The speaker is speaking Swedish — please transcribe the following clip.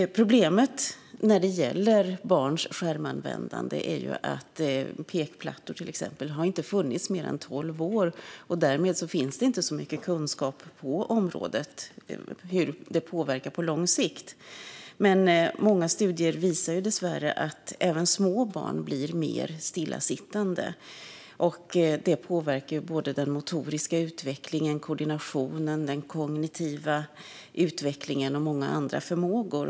Problemet med barns skärmanvändande är att till exempel pekplattor inte har funnits i mer än tolv år och att det därmed inte finns så mycket kunskap om hur skärmanvändandet påverkar på lång sikt. Men många studier visar dessvärre att även små barn blir mer stillasittande. Det påverkar den motoriska utvecklingen, koordinationen, den kognitiva utvecklingen och många andra förmågor.